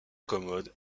commode